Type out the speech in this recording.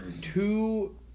two